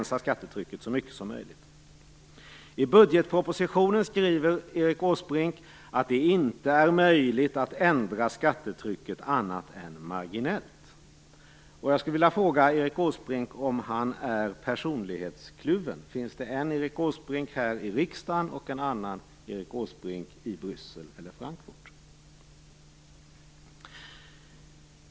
I budgetpropositionen skriver Erik Åsbrink att det inte är möjligt att ändra skattetrycket annat än marginellt. Jag skulle vilja fråga Erik Åsbrink om han är personlighetskluven. Finns det en Erik Åsbrink här i riksdagen och en annan Erik Åsbrink i Bryssel eller Frankfurt?